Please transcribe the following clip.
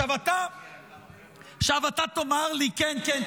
עכשיו אתה תאמר לי ------ כן, כן,